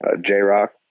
j-rock